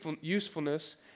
usefulness